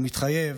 ומתחייב